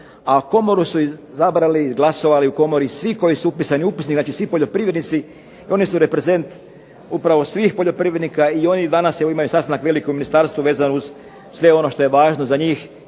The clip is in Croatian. A komoru su izabrali i glasovali o komori svi koji su upisani u upisnik, znači svi poljoprivrednici i oni su reprezent upravo svih poljoprivrednika. I oni danas imaju veliki sastanak u ministarstvu vezan uz sve ono što je važno za njih,